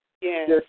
yes